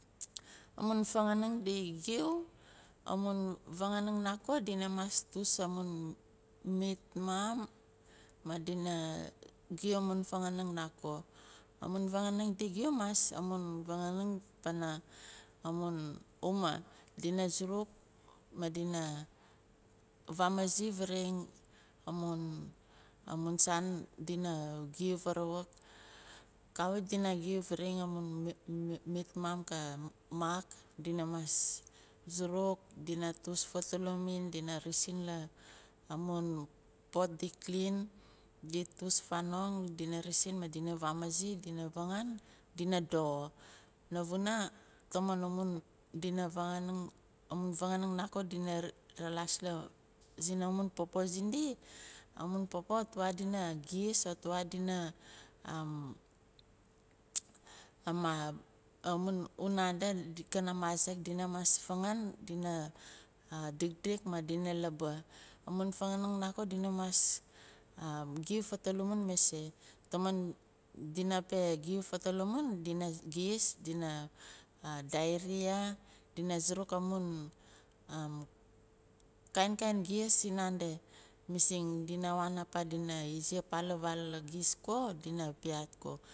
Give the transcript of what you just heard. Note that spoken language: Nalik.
Amun fanganang di giu amun vanganing nako dina mas tus amun mitmaam madina giu amun fanganing nako. Amun vanganing di giu mas amun fanganing pana amun anumaa. dina suruk madina vamazi varing amun saan dina giu farawuk kawit dina giu varing amun mitmaam ka maak di mas suruk dina tus fatelemin dina resin la pot di klin di tus fanong dina resin madina vamazi dina vangan dina. Panavuna tamon amun dina vanganing amun vanganing nako dina ralaas la zi- na amun popo sindi amun popo tuaa dina gis oh tuaa dina dina mas fangan dikdik madina laaba. Amun fanganang nako dina mas giu fatelemin mase tamon dina suruk amun. kainkain gis sinando mising dina wanaa paah dina izi apaah la vaal a gis ko dina piaat ko.